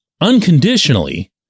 unconditionally